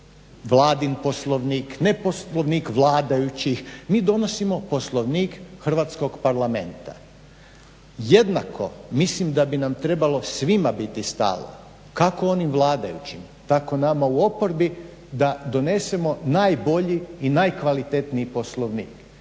Vladin Poslovnik, ne Poslovnik vladajućih, mi donosimo Poslovnik Hrvatskog parlamenta. Jednako mislim da bi nam trebalo svima biti stalo kako onim vladajućim tako i nama u oporbi da donesemo najbolji i najkvalitetniji Poslovnik.